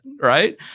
right